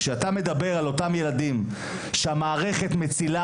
כשאתה מדבר על אותם ילדים שהמערכת מצילה